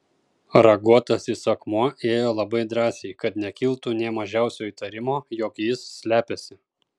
raguotasis akmuo ėjo labai drąsiai kad nekiltų nė mažiausio įtarimo jog jis slepiasi